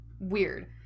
weird